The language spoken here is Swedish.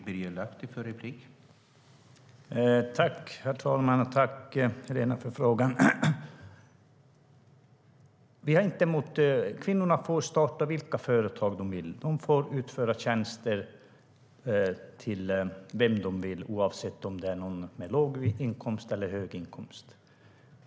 Herr ålderspresident! Jag tackar Helena för frågan. Kvinnorna får starta vilka företag de vill. De får utföra tjänster åt vem de vill, oavsett om det är någon med låg inkomst eller någon med hög inkomst.